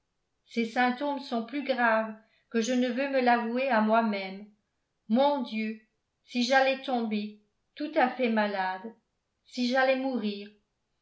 ces symptômes sont plus graves que je ne veux me l'avouer à moi-même mon dieu si j'allais tomber tout à fait malade si j'allais mourir